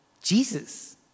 Jesus